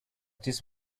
this